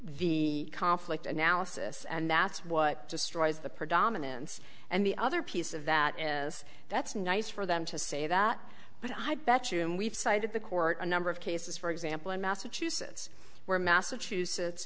the conflict analysis and that's what destroys the predominance and the other piece of that is that's nice for them to say that but i bet you and we've cited the court a number of cases for example in massachusetts where massachusetts